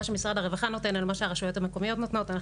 שמשרד הרווחה נותן ועל מה שהרשויות המקומיות נותנות.